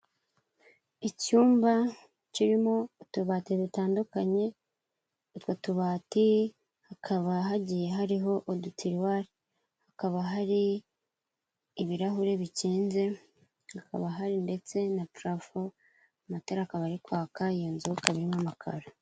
Icyumba kirimo utubati dutandukanye, utwo tubati hakaba hagiye hariho udutiruwari, hakaba hari ibirahuri bikinze, hakaba hari ndetse na purafo, amatara akaba ari kwaka, iyo nzu ikaba irimo amakaro.